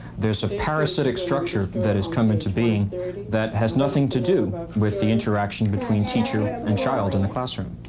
there is a parasitic structure that has come into being that has nothing to do with the interaction between teacher and child in the classroom.